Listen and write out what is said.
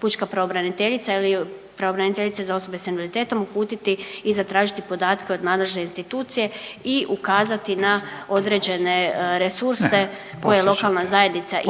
pučka pravobraniteljica ili pravobraniteljica za osobe s invaliditetom uputiti i zatražiti podatke od nadležne institucije i ukazati na određene resurse koje lokalna zajednica